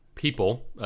people